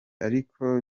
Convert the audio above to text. ariko